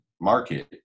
market